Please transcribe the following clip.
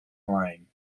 lein